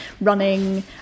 running